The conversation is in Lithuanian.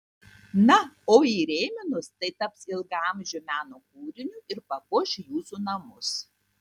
na o įrėminus tai taps ilgaamžiu meno kūriniu ir papuoš jūsų namus